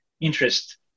interest